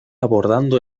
abordando